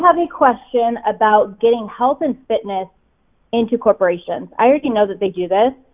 have a question about getting health and fitness into corporations. i already know that they do this,